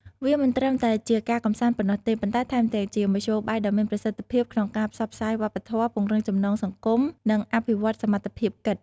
វាមិនត្រឹមតែជាការកម្សាន្តប៉ុណ្ណោះទេ ប៉ុន្តែថែមទាំងជាមធ្យោបាយដ៏មានប្រសិទ្ធភាពក្នុងការផ្សព្វផ្សាយវប្បធម៌ ពង្រឹងចំណងសង្គម និងអភិវឌ្ឍសមត្ថភាពគិត។